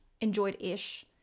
enjoyed-ish